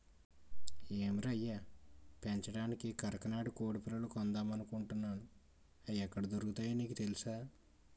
ఏం రయ్యా పెంచడానికి కరకనాడి కొడిపిల్లలు కొందామనుకుంటున్నాను, అయి ఎక్కడ దొరుకుతాయో నీకు తెలుసా?